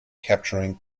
capturing